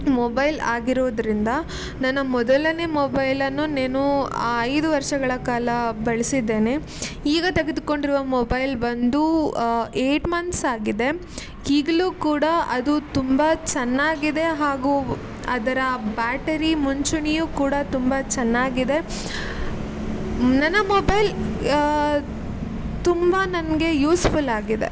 mobile ಆಗಿರುವುದರಿಂದ ನನ್ನ ಮೊದಲನೇ ಮೊಬೈಲನ್ನು ನಾನು ಆ ಐದು ವರ್ಷಗಳ ಕಾಲ ಬಳಸಿದ್ದೇನೆ ಈಗ ತೆಗೆದುಕೊಂಡಿರುವ ಮೊಬೈಲ್ ಬಂದು ಯೈಟ್ ಮಂತ್ಸ್ ಆಗಿದೆ ಈಗಲೂ ಕೂಡ ಅದು ತುಂಬ ಚೆನ್ನಾಗಿದೆ ಹಾಗೂ ಅದರ ಬ್ಯಾಟರಿ ಮುಂಚೂಣಿಯು ಕೂಡ ತುಂಬ ಚೆನ್ನಾಗಿದೆ ನನ್ನ ಮೊಬೈಲ್ ತುಂಬ ನನಗೆ ಯೂಸ್ಫುಲ್ ಆಗಿದೆ